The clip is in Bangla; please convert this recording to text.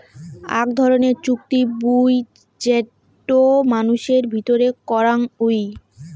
আক ধরণের চুক্তি বুই যেটো মানুষের ভিতরে করাং হউ